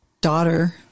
daughter